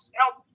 help